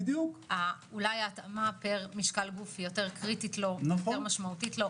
אולי ההתאמה פר משקל גוף יותר משמעותית לו.